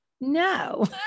No